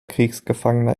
kriegsgefangener